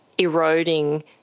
eroding